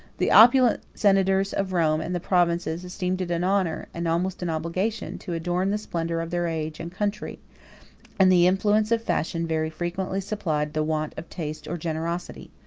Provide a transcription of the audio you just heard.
the opulent senators of rome and the provinces esteemed it an honor, and almost an obligation, to adorn the splendor of their age and country and the influence of fashion very frequently supplied the want of taste or generosity.